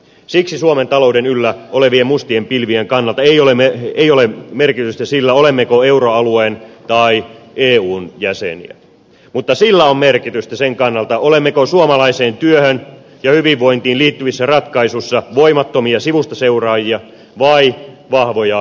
siksi suomen talouden yllä olevien mustien pilvien kannalta ei ole merkitystä sillä olemmeko euroalueen tai eun jäseniä mutta sillä on merkitystä sen kannalta olemmeko suomalaiseen työhön ja hyvinvointiin liittyvissä ratkaisuissa voimattomia sivustaseuraajia vai vahvoja vaikuttajia